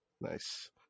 Nice